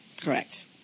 Correct